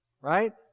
Right